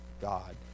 God